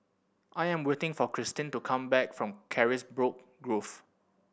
I'm waiting for Christene to come back from Carisbrooke Grove